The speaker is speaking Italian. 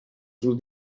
sul